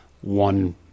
one